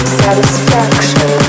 satisfaction